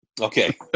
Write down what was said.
Okay